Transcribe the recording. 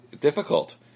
Difficult